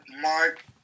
Mark